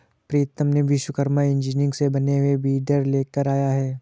प्रीतम ने विश्वकर्मा इंजीनियरिंग से बने हुए वीडर लेकर आया है